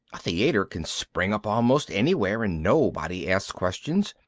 a theater can spring up almost anywhere and nobody ask questions,